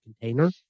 container